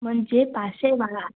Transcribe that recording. मुंहिंजे पासे वारा